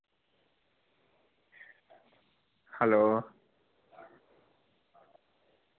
hello